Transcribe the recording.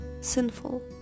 sinful